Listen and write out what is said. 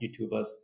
YouTubers